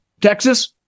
Texas